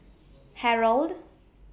Harrold